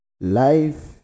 life